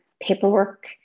paperwork